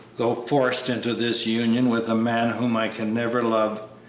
though forced into this union with a man whom i can never love,